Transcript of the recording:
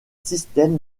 système